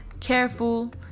careful